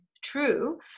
true